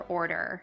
order